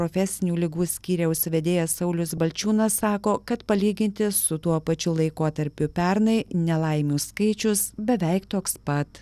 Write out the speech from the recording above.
profesinių ligų skyriaus vedėjas saulius balčiūnas sako kad palyginti su tuo pačiu laikotarpiu pernai nelaimių skaičius beveik toks pat